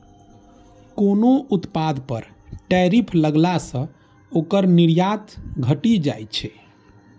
कोनो उत्पाद पर टैरिफ लगला सं ओकर निर्यात घटि जाइ छै